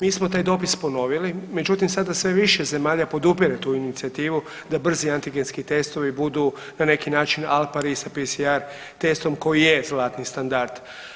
Mi smo taj dopis ponovili, međutim sada sve više zemalja podupire tu inicijativu da brzi antigenski testovi budu na neki način al pari sa PCR testom koji je zlatni standard.